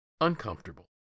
uncomfortable